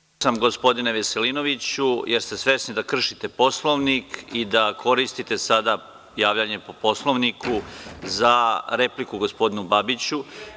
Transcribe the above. Isključio sam vas gospodine Veselinoviću jer ste svesni da kršite Poslovnik i da koristite sada javljanje po Poslovniku za repliku gospodinu Babiću.